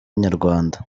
inyarwanda